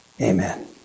amen